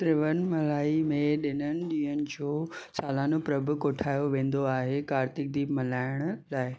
तिरुवन्नमलाई में ॾहनि ॾींहनि जो सालियानो पर्वु कोठायो वेंदो आहे कार्तिकु दीप मल्हाइणु लाइ